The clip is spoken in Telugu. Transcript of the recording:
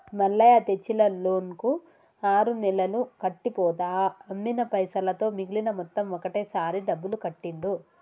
మల్లయ్య తెచ్చిన లోన్ కు ఆరు నెలలు కట్టి పోతా అమ్మిన పైసలతో మిగిలిన మొత్తం ఒకటే సారి డబ్బులు కట్టిండు